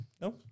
no